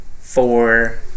four